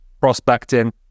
prospecting